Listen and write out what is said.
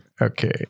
Okay